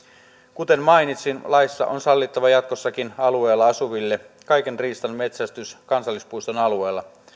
kuten mainitsin laissa on sallittava jatkossakin alueella asuville kaiken riistan metsästys kansallispuiston alueella